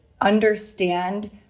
understand